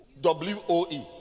w-o-e